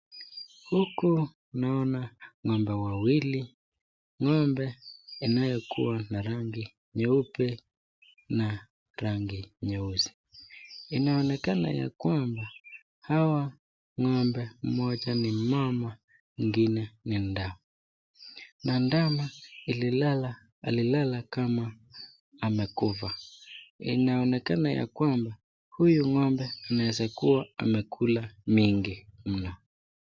Huku, naona ng'ombe wawili. Ng'ombe anayekuwa na rangi nyeupe na rangi nyeusi. Inaonekana ya kwamba hawa ng'ombe, mmoja ni mama, mwingine ni ndama. Na ndama alilala kama amekufa. Inaonekana ya kwamba huyu ng'ombe anaweza kuwa amekula mingi mno.